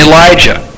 Elijah